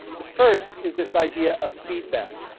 the first is this idea of feedback.